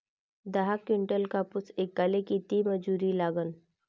दहा किंटल कापूस ऐचायले किती मजूरी लागन?